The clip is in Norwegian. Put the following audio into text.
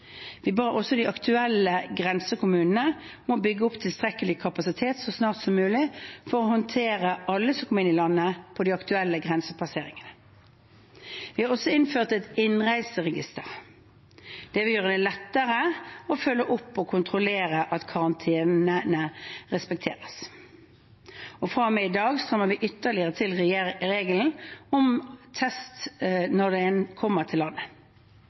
Vi ba også de aktuelle grensekommunene om å bygge opp tilstrekkelig kapasitet så snart som mulig for å håndtere alle som kom inn i landet på de aktuelle grensepasseringene. Vi har også innført et innreiseregister. Det vil gjøre det lettere å følge opp og å kontrollere at karantenen respekteres. Fra og med i dag strammer vi ytterligere til regelen om test når en kommer til landet.